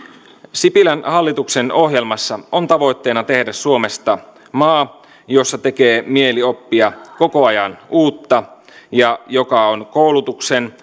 sipilän hallituksen ohjelmassa on tavoitteena tehdä suomesta maa jossa tekee mieli oppia koko ajan uutta ja joka on koulutuksen